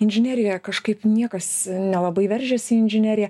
inžinerijoje kažkaip niekas nelabai veržiasi į inžineriją